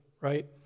right